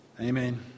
Amen